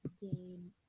game